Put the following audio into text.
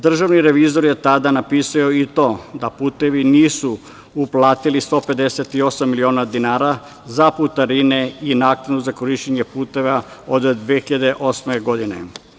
Državni revizor je tada napisao i to da „Putevi“ nisu uplatili 158 miliona dinara za putarine i naknadu za korišćenje puteva od 2008. godine.